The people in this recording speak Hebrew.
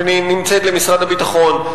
שנמצאת למשרד הביטחון.